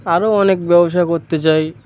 আরও অনেক ব্যবসা করতে চাই